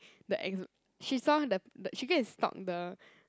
the ex~ she saw the the she go and stalk the